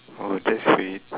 oh that's sweet